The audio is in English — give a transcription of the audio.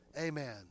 amen